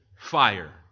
fire